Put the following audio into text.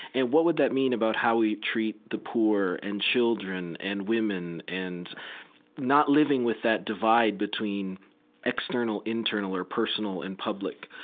and what would that mean about how we treat the poor and children and women, and not living with that divide between external, internal or personal and public?